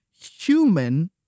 human